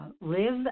Live